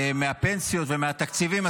מהפנסיות ומהתקציבים.